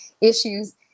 issues